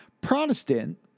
Protestant